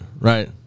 right